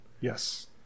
Yes